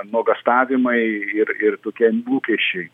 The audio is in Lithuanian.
nuogąstavimai ir ir tokie lūkesčiai